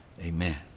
amen